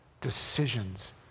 decisions